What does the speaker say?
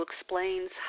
explains